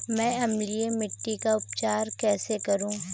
मैं अम्लीय मिट्टी का उपचार कैसे करूं?